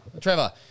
Trevor